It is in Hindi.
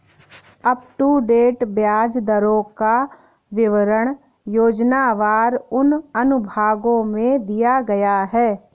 अपटूडेट ब्याज दरों का विवरण योजनावार उन अनुभागों में दिया गया है